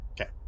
Okay